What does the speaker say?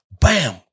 bam